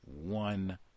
one